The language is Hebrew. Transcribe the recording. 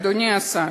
אדוני השר,